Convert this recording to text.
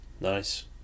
Nice